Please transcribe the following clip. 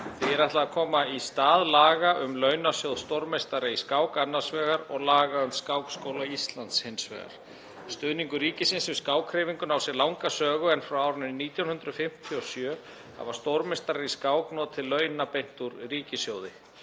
Því er ætlað að koma í stað laga um launasjóð stórmeistara í skák annars vegar og laga um Skákskóla Íslands hins vegar. Stuðningur ríkisins við skákhreyfinguna á sér langa sögu en frá árinu 1957 hafa stórmeistarar í skák notið launa beint úr ríkissjóði.